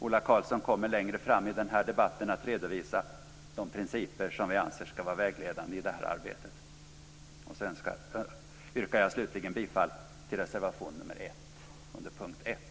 Ola Karlsson kommer längre fram i denna debatt att redovisa de principer som vi anser ska vara vägledande i detta arbete. Slutligen yrkar jag bifall till reservation nr 1 under punkt 1.